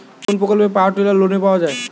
কোন প্রকল্পে power tiller লোনে পাওয়া য়ায়?